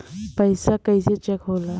पैसा कइसे चेक होला?